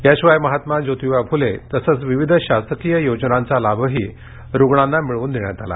याशिवाय महाल्या ज्योतिबा फूले तसेच विविध शासकीय योजनांचा लामही रुग्णांना मिळवून देण्यात आला